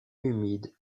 humides